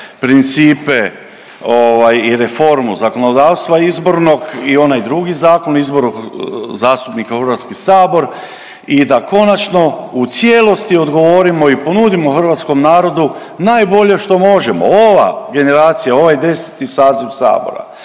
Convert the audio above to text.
principe i reformu zakonodavstva izbornog i onaj drugi Zakon o izboru zastupnika u Hrvatski sabor i da konačno u cijelosti odgovorimo i ponudimo hrvatskom narodu najbolje što možemo. Ova generacija, ovaj 10. saziv Sabora